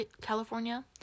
California